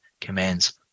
commands